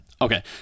Okay